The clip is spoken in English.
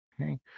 okay